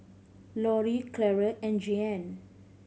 Loree Claire and Jeanne